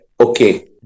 Okay